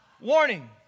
Warning